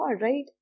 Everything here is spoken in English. right